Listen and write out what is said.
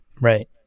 right